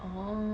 mmhmm